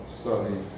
study